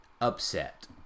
Upset